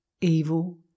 evil